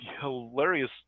hilarious